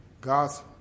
God's